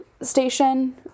station